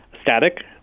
static